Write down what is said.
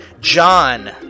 John